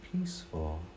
peaceful